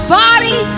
body